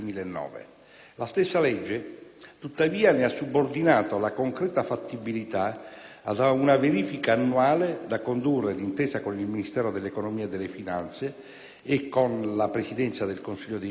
la stessa legge, tuttavia, ne ha subordinato la concreta fattibilità ad una verifica annuale, da condurre d'intesa con il Ministero dell'economia e delle finanze e con la Presidenza del Consiglio dei